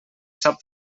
sap